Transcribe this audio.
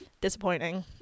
disappointing